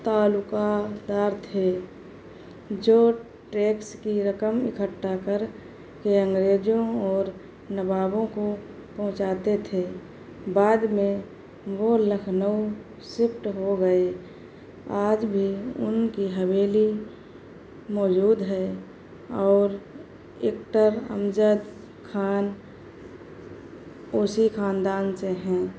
تعلقہ در تھے جو ٹیکس کی رقم اکھٹا کر کے انگریزوں اور نوابوں کو پہنچاتے تھے بعد میں وہ لکھنؤ شفٹ ہو گئے آج بھی ان کی حویلی موجود ہے اور ایکٹر امجد خان اسی خاندان سے ہیں